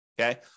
Okay